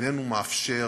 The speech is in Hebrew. איננו מאפשר